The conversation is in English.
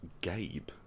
Gabe